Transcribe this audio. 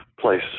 place